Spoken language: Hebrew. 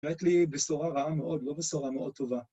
נראית לי בשורה רעה מאוד, לא בשורה מאוד טובה.